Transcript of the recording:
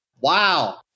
Wow